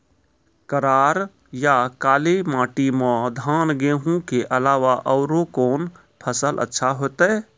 करार या काली माटी म धान, गेहूँ के अलावा औरो कोन फसल अचछा होतै?